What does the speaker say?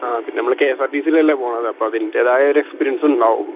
ആ പിന്നെ നമ്മൾ കെ എസ് ആർ ടി സീലല്ലേ പോണതപ്പം അതിൻടേതായൊരെക്സ്പീരിയൻസ്സുണ്ടാവും